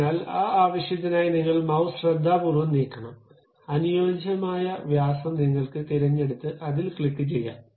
അതിനാൽ ആ ആവശ്യത്തിനായി നിങ്ങൾ മൌസ് ശ്രദ്ധാപൂർവ്വം നീക്കണം അനുയോജ്യമായ വ്യാസം നിങ്ങൾക്ക് തിരഞ്ഞെടുത്ത് അതിൽ ക്ലിക്കുചെയ്യാം